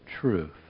truth